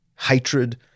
hatred